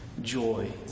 joy